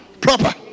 proper